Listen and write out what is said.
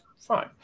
Fine